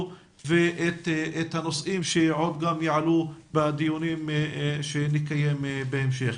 ואת הנושאים שיעלו בדיונים שנקיים בהמשך.